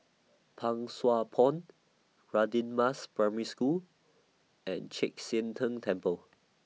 Pang Sua Pond Radin Mas Primary School and Chek Sian Tng Temple